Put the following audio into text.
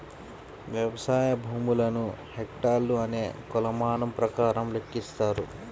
వ్యవసాయ భూములను హెక్టార్లు అనే కొలమానం ప్రకారం లెక్కిస్తారు